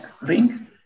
ring